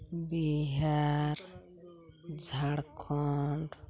Bihar Jharkhand